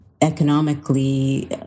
economically